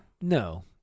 No